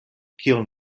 kion